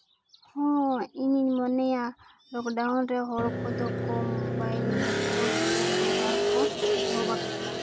ᱦᱮᱸ ᱤᱧᱤᱧ ᱢᱚᱱᱮᱭᱟ ᱞᱚᱠᱰᱟᱣᱩᱱ ᱨᱮ ᱦᱚᱲ ᱠᱚᱫᱚ ᱠᱚ ᱢᱳᱵᱟᱭᱤᱞ ᱞᱮᱯᱴᱚᱯ ᱨᱮ ᱵᱮᱵᱚᱦᱟᱨ ᱠᱚ ᱮᱦᱚᱵ ᱟᱠᱟᱫᱟ